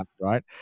right